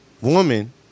woman